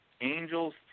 Angels